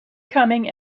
coming